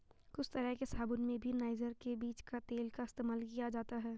कुछ तरह के साबून में भी नाइजर के बीज के तेल का इस्तेमाल किया जाता है